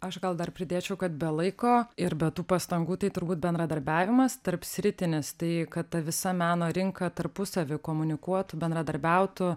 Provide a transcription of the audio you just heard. aš gal dar pridėčiau kad be laiko ir be tų pastangų tai turbūt bendradarbiavimas tarpsritinis tai kad ta visa meno rinka tarpusavyje komunikuotų bendradarbiautų